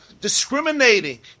discriminating